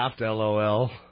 Lol